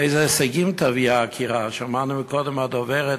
איזה הישגים תביא העקירה, שמענו קודם מהדוברת